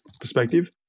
perspective